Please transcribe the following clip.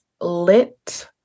lit